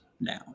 now